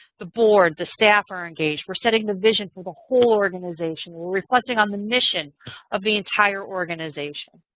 the board, the staff are engaged. we're setting the vision for the whole organization. we're reflecting on the mission of the entire organization.